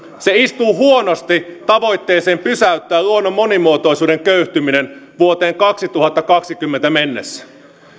se istuu huonosti tavoitteeseen pysäyttää luonnon monimuotoisuuden köyhtyminen vuoteen kaksituhattakaksikymmentä mennessä